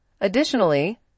Additionally